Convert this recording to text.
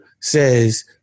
says